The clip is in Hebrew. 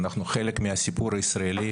אנחנו חלק מן הסיפור הישראלי.